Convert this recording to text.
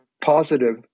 positive